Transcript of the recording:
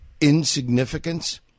insignificance